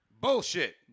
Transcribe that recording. Bullshit